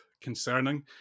concerning